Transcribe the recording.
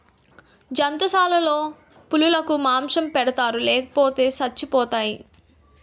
జంతుశాలలో పులులకు మాంసం పెడతారు లేపోతే సచ్చిపోతాయి